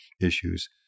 issues